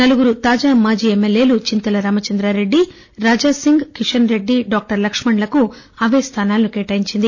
నలుగురు తాజా మాజీ ఎంఎల్ఎ లు చింతల రామచంద్రా రెడ్డి రాజాసీంగ్ కిషన్ రెడ్డి డాక్టర్ లక్ష్మణ్ లకు అవే స్థానాలను కేటాయించింది